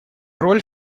роль